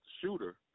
shooter